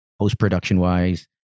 post-production-wise